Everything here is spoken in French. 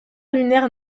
lunaire